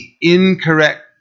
incorrect